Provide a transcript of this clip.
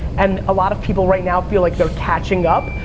and a lot of people right now feel like they're catching up,